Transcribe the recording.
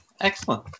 Excellent